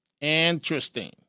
Interesting